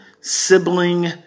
sibling